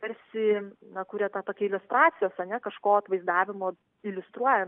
tarsi na kuria tokį iliustracijos ar ne kažko atvaizdavimo iliustruoja